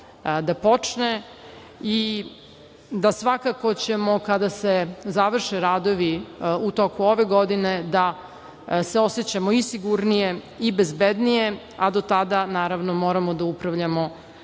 da počne. Svakako ćemo, kada se završe radovi, u toku ove godine, da se osećamo i sigurnije i bezbednije, a do tada moramo da upravljamo